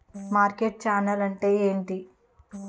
Market channel అంటే ఏంటి?